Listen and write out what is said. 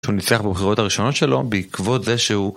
שהוא ניצח בחירות הראשונות שלו בעקבות זה שהוא